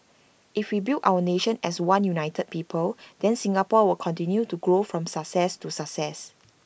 if we build our nation as one united people then Singapore will continue to go from success to success